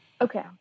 Okay